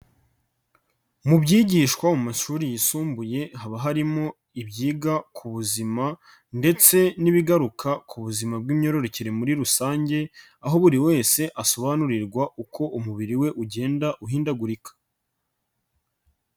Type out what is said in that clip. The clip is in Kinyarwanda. Mu byigishwa mu mashuri yisumbuye haba harimo ibyiga ku buzima ndetse n'ibigaruka ku buzima bw'imyorokere muri rusange, aho buri wese asobanurirwa uko umubiri we ugenda uhindagurika.